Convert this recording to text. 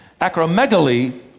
Acromegaly